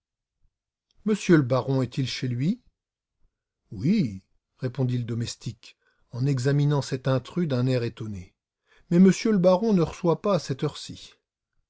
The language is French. oui répondit le domestique en examinant cet intrus d'un air étonné mais m le baron ne reçoit pas à cette heure-ci